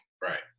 Right